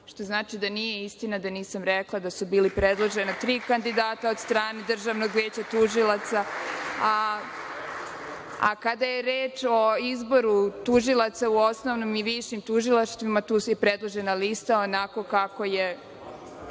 što znači da nije istina da nisam rekla da su bila predložena tri kandidata od strane Državnog veća tužilaca. Kada je reč o izboru tužilaca u osnovnim i višim tužilaštvima, tu je predložena lista onako kako je